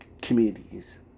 communities